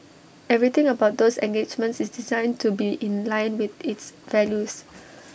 everything about those engagements is designed to be in line with its values